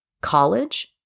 college